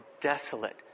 desolate